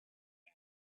man